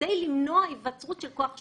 כדי למנוע היווצרות של כוח שוק.